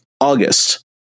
August